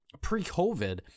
pre-COVID